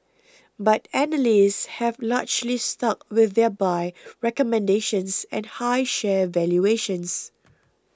but analysts have largely stuck with their buy recommendations and high share valuations